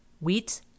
wheat